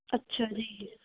ਅੱਛਾ ਜੀ